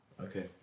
Okay